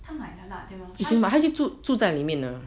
他买了啦对吗他